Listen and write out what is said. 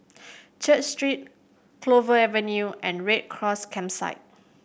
Church Street Clover Avenue and Red Cross Campsite